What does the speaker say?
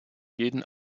jeden